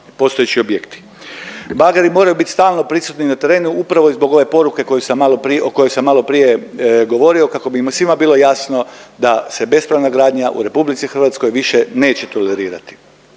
postojeći objekti. Bageri moraju bit stalno prisutni na terenu upravo i zbog ove poruke koju sam malopri… o kojoj sam maloprije govorio kako bi svima bilo jasno da se bespravna gradnja u RH više neće tolerirati